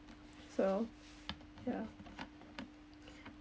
so ya